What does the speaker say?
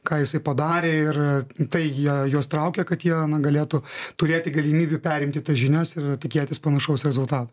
ką jisai padarė ir tai jie juos traukia kad jie galėtų turėti galimybių perimti tas žinias ir tikėtis panašaus rezultato